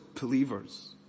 believers